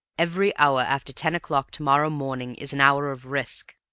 every hour after ten o'clock to-morrow morning is an hour of risk.